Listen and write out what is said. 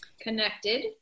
Connected